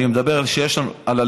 אני מדבר על הליכוד,